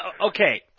okay